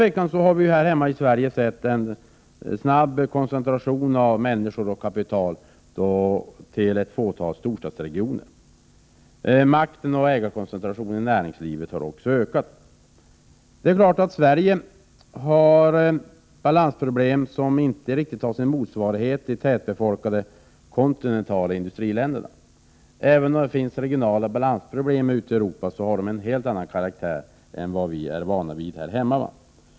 Här i Sverige har vi utan tvivel sett en snabb koncentration av människor och kapital till ett fåtal storstadsregioner. Makten och ägarkoncentrationen i näringslivet har också ökat. Det är uppenbart att Sveriges balansproblem inte har full motsvarighet i de tätbefolkade, kontinentala industriländerna. Även om det finns regionala balansproblem ute i Europa, har de en helt annan karaktär än vad vi är vana vid här hemma.